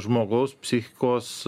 žmogaus psichikos